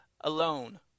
alone